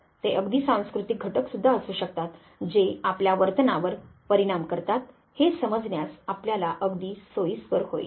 ते अगदी सांस्कृतिक घटक सुद्धा असू शकतात जे आपल्या वर्तनावर परिणाम करतात हे समजण्यास आपल्याला अगदी सोयीस्कर होईल